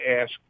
ask